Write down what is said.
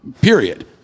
period